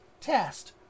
test